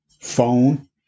phone